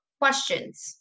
questions